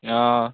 অঁ